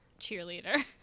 cheerleader